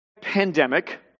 pandemic